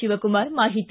ಶಿವಕುಮಾರ್ ಮಾಹಿತಿ